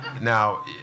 Now